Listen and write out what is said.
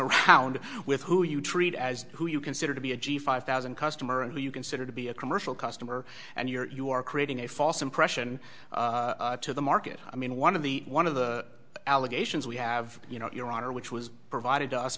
around with who you treat as who you consider to be a g five thousand customer and who you consider to be a commercial customer and you're creating a false impression to the market i mean one of the one of the allegations we have you know your honor which was provided